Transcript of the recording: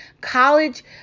College